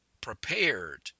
prepared